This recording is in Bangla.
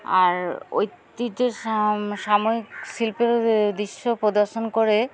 আর ঐতিহ্যের সাম সাময়িক শিল্পের দৃশ্য প্রদর্শন করে